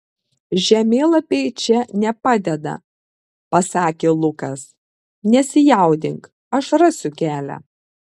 žemėlapiai čia nepadeda pasakė lukas nesijaudink aš rasiu kelią